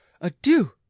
adieu